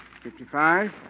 Fifty-five